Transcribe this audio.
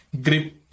grip